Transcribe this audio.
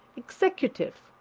executive,